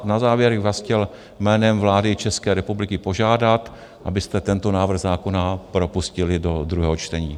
Na závěr bych vás chtěl jménem vlády České republiky požádat, abyste tento návrh zákona propustili do druhého čtení.